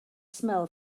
smell